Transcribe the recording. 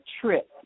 trip